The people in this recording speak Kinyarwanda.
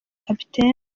capt